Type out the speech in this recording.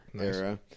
era